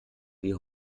wie